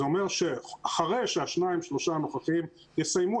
זה אומר שאחרי שהשניים-שלושה הנוכחים יסיימו,